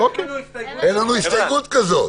אין לנו הסתייגות כזאת.